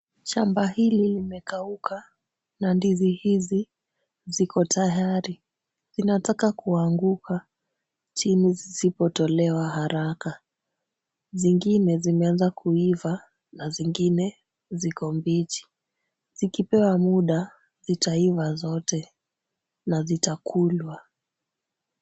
Shamba hili limekauka na ndizi hizi ziko tayari. Zinataka kuanguka chini zisipotolewa haraka. Zingine zimeanza kuiva na zingine ziko mbichi. Zikipewa muda zitaiva zote na zitakulwa .